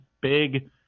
big